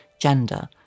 Gender